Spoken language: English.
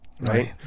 Right